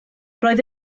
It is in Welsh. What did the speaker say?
roedd